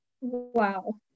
Wow